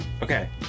Okay